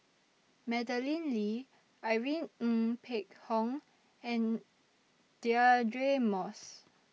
Madeleine Lee Irene Ng Phek Hoong and Deirdre Moss